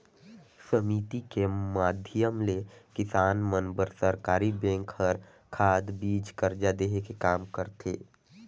समिति के माधियम ले किसान मन बर सरकरी बेंक हर खाद, बीज, करजा देहे के काम करथे